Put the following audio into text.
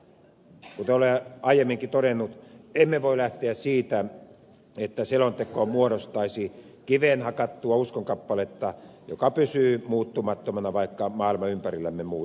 kuten olen aiemminkin todennut emme voi lähteä siitä että selonteko muodostaisi kiveen hakattua uskonkappaletta joka pysyy muuttumattomana vaikka maailma ympärillämme mullistuisi